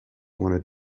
wanted